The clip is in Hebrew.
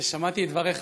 שמעתי את דבריך,